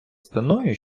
спиною